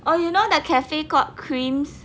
oh you know that cafe called creams